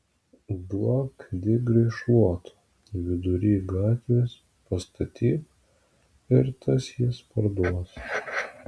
duok digriui šluotų vidury gatvės pastatyk ir tas jis parduos